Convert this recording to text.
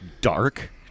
Dark